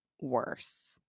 worse